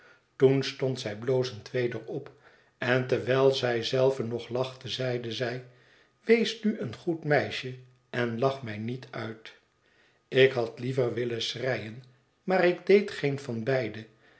toen stond zij blozend weder op en terwijl zij zelve nog lachte zeide zij wees nu een goed meisje en lach mij niet uit ik had liever willen schreien maar ik deed geen van beide